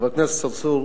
חבר הכנסת צרצור,